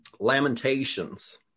Lamentations